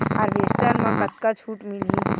Harvester म कतका छूट मिलही?